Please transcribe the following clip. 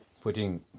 putting